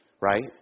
Right